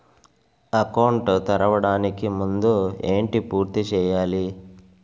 Account తెరవడానికి ముందు ఏంటి పూర్తి చేయాలి?